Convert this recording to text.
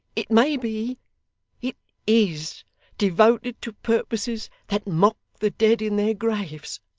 it may be it is devoted to purposes that mock the dead in their graves.